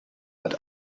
but